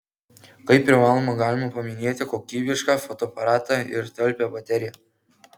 kaip privalumą galima paminėti kokybišką fotoaparatą ir talpią bateriją